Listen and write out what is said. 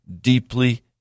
deeply